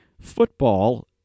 football